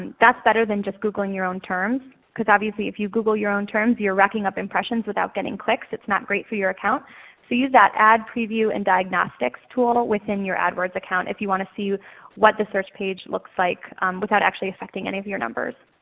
that's better than just googling your own terms because obviously if you google your own terms your racking up impressions without getting clicks. it's not great for your account so use that ad preview and diagnostics tool within your adwords account if you want to see what the search page looks like without actually affecting any of your numbers.